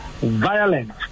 violence